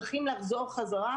צריכים לחזור חזרה,